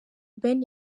ben